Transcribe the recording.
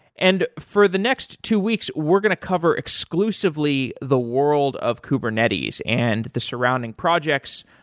and for the next two weeks we're going to cover exclusively the world of kubernetes and the surrounding projects.